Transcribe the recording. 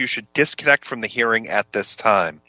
you should disconnect from the hearing at this time